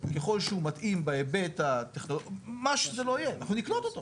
ככל שהוא מתאים בהיבט הטכנולוגי - אנחנו נקלוט אותו.